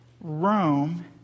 Rome